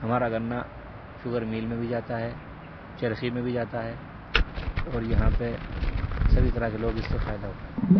ہمارا گنا sugar mill میں بھی جاتا ہے چرخی میں بھی جاتا ہے اور یہاں پہ سبھی طرح کے لوگ اس سے فائدہ اٹھاتے ہیں